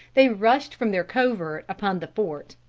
they rushed from their covert upon the fort.